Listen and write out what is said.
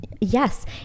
Yes